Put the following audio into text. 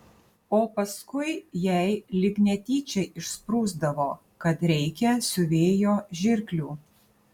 o paskui jai lyg netyčia išsprūsdavo kad reikia siuvėjo žirklių